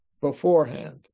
beforehand